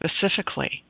specifically